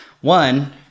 One